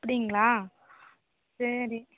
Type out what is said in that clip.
அப்படிங்களா சரி